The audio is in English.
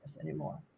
anymore